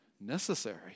Necessary